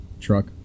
Truck